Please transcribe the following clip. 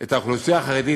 את האוכלוסייה החרדית,